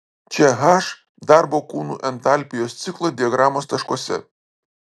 čia h darbo kūnų entalpijos ciklo diagramos taškuose